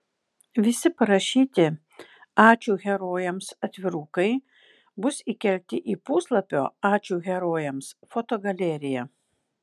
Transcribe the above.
visi parašyti ačiū herojams atvirukai bus įkelti į puslapio ačiū herojams fotogaleriją